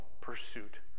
pursuit